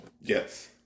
Yes